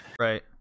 Right